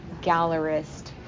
gallerist